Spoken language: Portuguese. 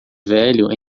velho